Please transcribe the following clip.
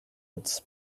its